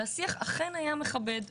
והשיח אכן היה מכבד,